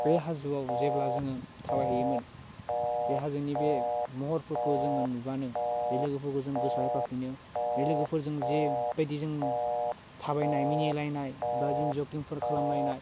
बे हाजोआव जेब्ला जोङो थाबायहैयोमोन बे हाजोनि बे महरफोरखौ जोङो नुबानो बे लोगोफोरखौ जों गोसोआ फैफाउिनो बे लोगोफोरजों जे बायदि जों थाबायनाय मिनिलायनाय बा जों जकिंफोर खालामलायनाय